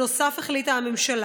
נוסף על כך החליטה הממשלה,